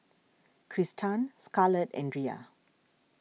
Kristan Scarlett and Riya